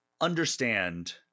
understand